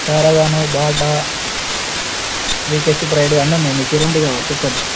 పరగాను బాట వికేసి ప్రైడు అన్ని ఉన్నాయి మీకు ఎలాంటివి కావాలి చెప్పండి